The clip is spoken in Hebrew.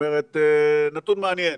נתון מעניין.